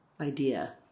idea